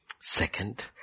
Second